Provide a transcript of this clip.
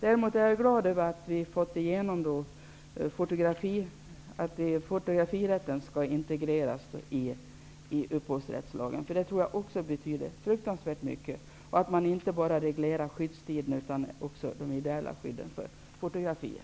Däremot är jag glad över att vi har fått igenom förslaget att fotografirätten skall integreras i upphovsrättslagen -- detta tror jag betyder väldigt mycket -- och att man inte bara reglerar skyddstiden utan också det ideella skyddet för fotografier.